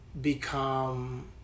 become